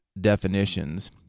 definitions